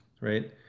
right